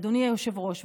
אדוני היושב-ראש,